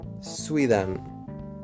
Sweden